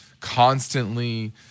constantly